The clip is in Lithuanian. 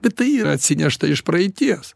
bet tai yra atsinešta iš praeities